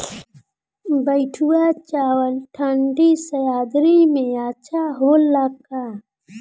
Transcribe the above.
बैठुआ चावल ठंडी सह्याद्री में अच्छा होला का?